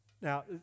Now